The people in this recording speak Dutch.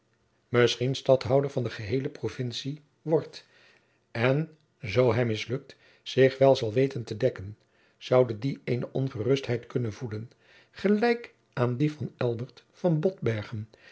misschien stadhouder van de geheele provintie wordt en zoo hij mislukt zich wel zal weten te dekken zoude die eene ongerustheid kunnen voeden gelijk aan die van